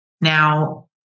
Now